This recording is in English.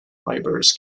fibers